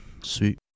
Sweet